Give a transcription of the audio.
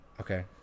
okay